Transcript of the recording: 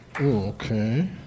okay